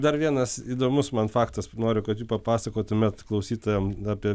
dar vienas įdomus man faktas noriu kad jį papasakotumėt klausytojam apie